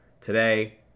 today